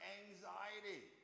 anxiety